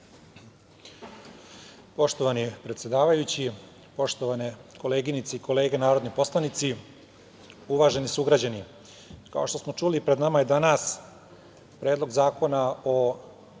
Poštovani predsedavajući, poštovane koleginice i kolege narodni poslanici, uvaženi sugrađani, kao što smo čuli, pred nama je danas Predlog zakona o